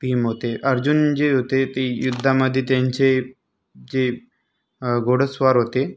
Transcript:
भीम होते अर्जुन जे होते ते युद्धामध्ये त्यांचे जे घोडेस्वार होते